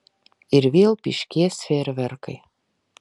ir vėl pyškės fejerverkai